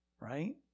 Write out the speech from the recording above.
right